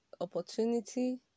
opportunity